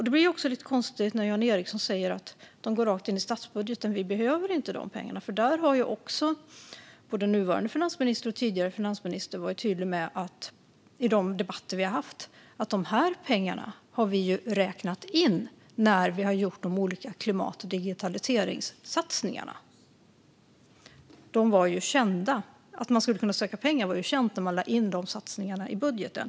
Det blir också lite konstigt när Jan Ericson säger att pengarna går rakt in i statsbudgeten och att vi inte behöver dessa pengar. Både den nuvarande och den tidigare finansministern har i debatter varit tydliga med att vi har räknat in de här pengarna när vi har gjort de olika klimat och digitaliseringssatsningarna. Att man skulle kunna söka pengar var ju känt när dessa satsningar lades in i budgeten.